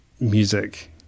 music